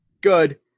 good